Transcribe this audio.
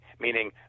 Meaning